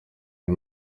ari